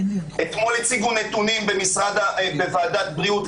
ואתמול הציגו נתונים בוועדת הבריאות,